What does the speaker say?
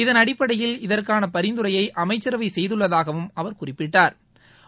இதன் அடிப்படையில் இதற்கான பரிந்துரையை அமைச்சரவை செய்துள்ளதாகவும் அவர் குறிப்பிட்டாள்